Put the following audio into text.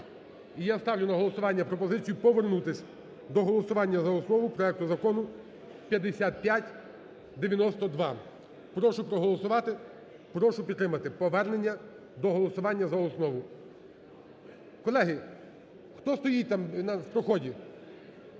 я ставлю на голосування пропозицію, повернутись до голосування за основу проекту закону 5592. Прошу проголосувати, прошу підтримати повернення до голосування за основу. Колеги, хто стоїть там на проході…